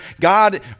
God